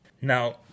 Now